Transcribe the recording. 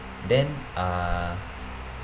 then uh